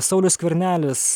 saulius skvernelis